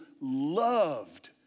loved